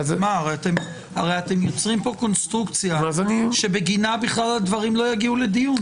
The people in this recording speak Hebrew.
הרי אתם יוצרים פה קונסטרוקציה שבגינה הדברים בכלל לא יגיעו לדיון.